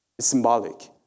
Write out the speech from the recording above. symbolic